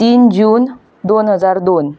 तीन जून दोन हजार दोन